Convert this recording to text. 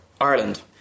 Ireland